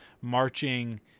marching